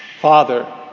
Father